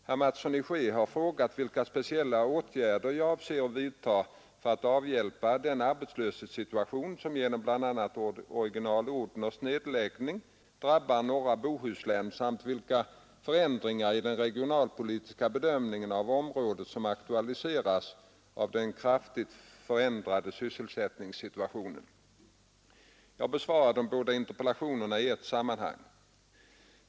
Herr Mattsson i Skee har frågat vilka speciella åtgärder jag avser vidta för att avhjälpa den arbetslöshetssituation som genom bl.a. Original Odhners nedläggning drabbar norra Bohuslän samt vilka förändringar i den regionalpolitiska bedömningen av området som aktualiseras av den kraftigt förändrade sysselsättningssituationen. Jag besvarar de båda interpellationerna i ett sammanhang.